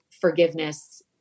forgiveness